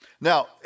Now